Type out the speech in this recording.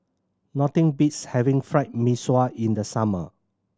nothing beats having Fried Mee Sua in the summer